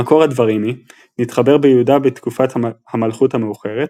המקור הדברימי – נתחבר ביהודה בתקופת המלכות המאוחרת,